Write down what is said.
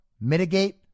mitigate